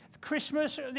Christmas